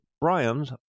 Brian's